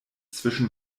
zwischen